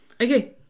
Okay